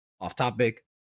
Off-topic